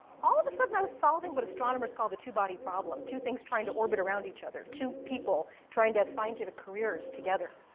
all of a sudden, i was solving what astronomers call the two-body problem, two things trying to orbit around each other. two people trying to have scientific careers together.